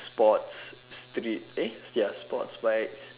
sports street eh ya sports bike